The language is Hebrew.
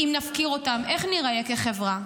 אם נפקיר אותם, איך ניראה כחברה?